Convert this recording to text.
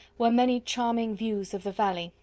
were many charming views of the valley,